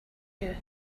you